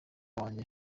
wanjye